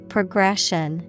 Progression